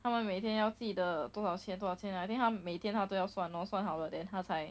他们每天要记得多少钱多少钱 I think 他们每天他都要算 lor 算好了 then 他才